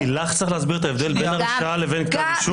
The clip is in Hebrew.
לך צריך להסביר את ההבדל בין הרשעה לחשדות?